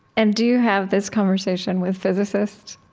and do you have this conversation with physicists?